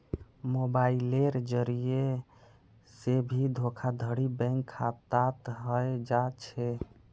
मोबाइलेर जरिये से भी धोखाधडी बैंक खातात हय जा छे